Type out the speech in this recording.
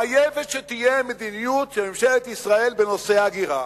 חייבים שתהיה מדיניות של ממשלת ישראל בנושא ההגירה.